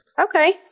Okay